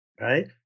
Right